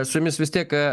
su jumis vis tiek